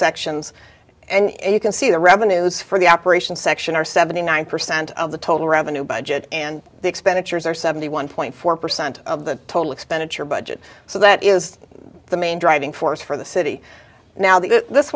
sections and you can see the revenues for the operations section are seventy nine percent of the total revenue budget and expenditures are seventy one point four percent of the total expenditure budget so that is the main driving force for the city now th